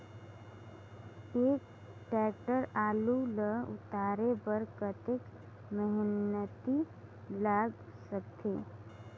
एक टेक्टर आलू ल उतारे बर कतेक मेहनती लाग सकथे?